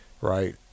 right